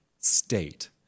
state